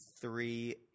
three